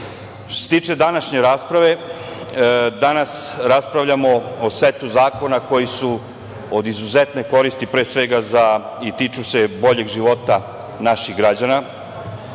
se tiče današnje rasprave, danas raspravljamo o setu zakona koji su od izuzetne koristi za bolji život naših građana.